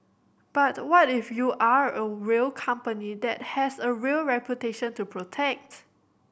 but what if you are a real company that has a real reputation to protect